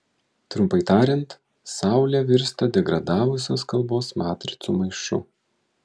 trumpai tariant saulė virsta degradavusios kalbos matricų maišu